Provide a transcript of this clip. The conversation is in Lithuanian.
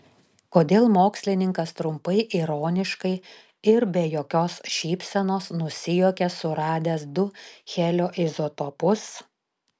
kodėl mokslininkas trumpai ironiškai ir be jokios šypsenos nusijuokė suradęs du helio izotopus